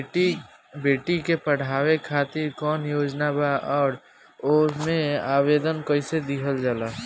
बेटी के पढ़ावें खातिर कौन योजना बा और ओ मे आवेदन कैसे दिहल जायी?